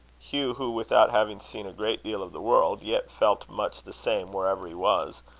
hugh, who, without having seen a great deal of the world, yet felt much the same wherever he was,